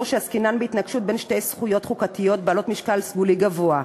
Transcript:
שעסקינן בהתנגשות בין שתי זכויות חוקתיות בעלות משקל סגולי גבוה.